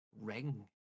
Ring